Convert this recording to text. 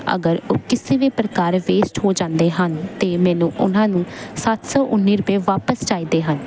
ਅਗਰ ਉਹ ਕਿਸੀ ਵੀ ਪ੍ਰਕਾਰ ਵੇਸਟ ਹੋ ਜਾਂਦੇ ਹਨ ਤਾਂ ਮੈਨੂੰ ਉਹਨਾਂ ਨੂੰ ਸੱਤ ਸੌ ਉੱਨੀ ਵਾਪਿਸ ਚਾਹੀਦੇ ਹਨ